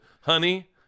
honey